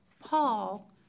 Paul